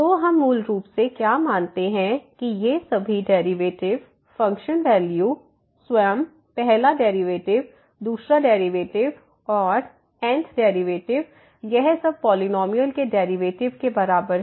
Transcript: तो हम मूल रूप से क्या मानते हैं कि ये सभी डेरिवेटिव फंक्शन वैल्यू स्वयं पहला डेरिवेटिव दूसरा डेरिवेटिव और n th डेरिवेटिव यह सब पॉलिनॉमियल के डेरिवेटिव के बराबर हैं